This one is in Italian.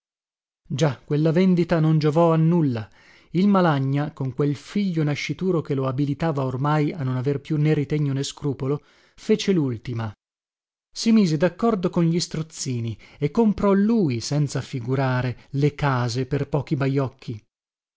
già quella vendita non giovò a nulla il malagna con quel figlio nascituro che lo abilitava ormai a non aver più né ritegno né scrupolo fece lultima si mise daccordo con gli strozzini e comprò lui senza figurare le case per pochi bajocchi